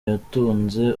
yatunze